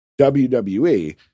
WWE